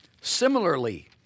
Similarly